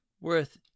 worth